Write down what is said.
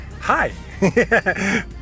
hi